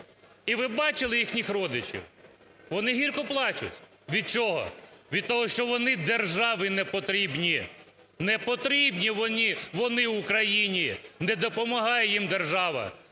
І ви бачили їхніх родичів. Вони гірко плачуть. Від чого? Від того, що вони державі не потрібні. Не потрібні вони Україні, не допомагає їм держава.